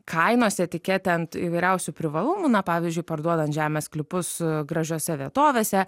kainos etiketę ant įvairiausių privalumų na pavyzdžiui parduodant žemės sklypus gražiose vietovėse